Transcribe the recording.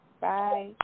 Bye